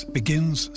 begins